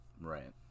Right